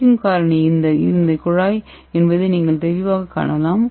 குறைக்கும் காரணி இருந்த குழாய் என்பதை நீங்கள் தெளிவாகக் காணலாம்